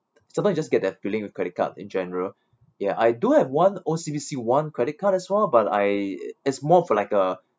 sometimes you just get that feeling with credit card in general ya I do have one O_C_B_C one credit card as well but I it's more for like a